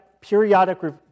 periodic